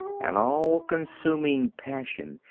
an all-consuming passion,